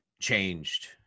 changed